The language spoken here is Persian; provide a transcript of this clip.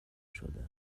شده